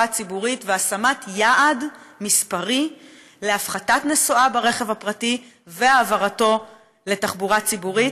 הציבורית והשמת יעד מספרי להפחתת נסועה ברכב הפרטי והעברתו לתחבורה ציבורית.